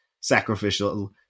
sacrificial